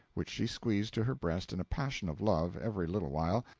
which she squeezed to her breast in a passion of love every little while,